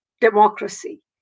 democracy